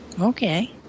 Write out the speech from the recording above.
Okay